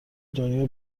دنیا